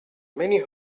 many